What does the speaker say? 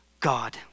God